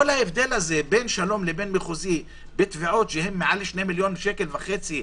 כל ההבדל בין שלום למחוזי בתביעות מעל 2.5 מיליון שקל